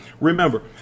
Remember